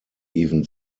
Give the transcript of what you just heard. even